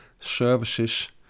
services